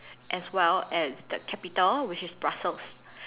as well as the capital which is Brussels